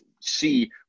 see